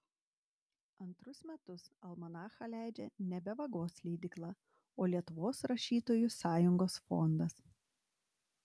antrus metus almanachą leidžia nebe vagos leidykla o lietuvos rašytojų sąjungos fondas